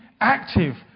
active